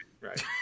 right